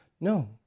No